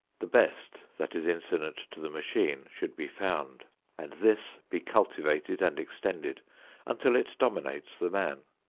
the best that is incident to the machine should be found and this be cultivated and extended until it dominates the man.